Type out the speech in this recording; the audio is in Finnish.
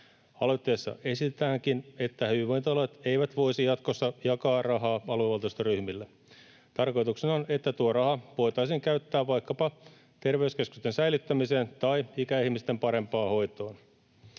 Aloitteessa esitetäänkin, että hyvinvointialueet eivät voisi jatkossa jakaa rahaa aluevaltuustoryhmille. Tarkoituksena on, että tuo raha voitaisiin käyttää vaikkapa terveyskeskusten säilyttämiseen tai ikäihmisten parempaan hoitoon.